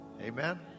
Amen